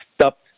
stopped